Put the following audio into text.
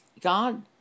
God